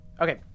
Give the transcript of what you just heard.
Okay